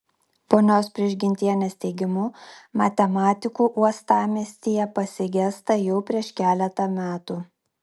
ponios prižgintienės teigimu matematikų uostamiestyje pasigesta jau prieš keletą metų